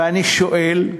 ואני שואל,